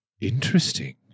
Interesting